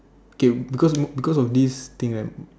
okay because because of this thing right